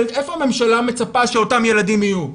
איפה הממשלה מצפה שאותם ילדים יהיו,